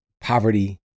poverty